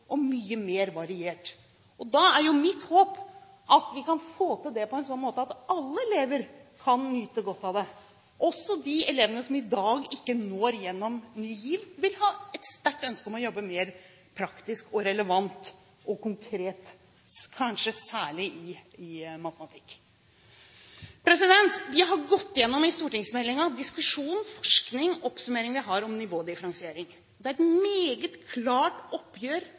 og mye mer variert. Da er mitt håp at vi kan få til det på en slik måte at alle elever kan nyte godt av det, at også de elevene som vi i dag ikke når gjennom Ny GIV, vil ha et sterkt ønske om å jobbe mer praktisk, relevant og konkret, kanskje særlig i matematikk. Vi har i stortingsmeldingen gått igjennom diskusjonen om forskning, oppsummert det vi har om nivådifferensiering. Det er et meget klart oppgjør